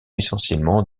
essentiellement